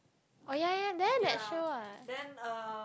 oh yeah yeah yeah there that show ah